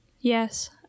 Yes